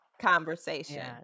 conversation